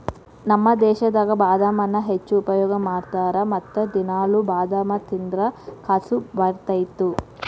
ನಮ್ಮ ದೇಶದಾಗ ಬಾದಾಮನ್ನಾ ಹೆಚ್ಚು ಉಪಯೋಗ ಮಾಡತಾರ ಮತ್ತ ದಿನಾಲು ಬಾದಾಮ ತಿಂದ್ರ ಕಸು ಬರ್ತೈತಿ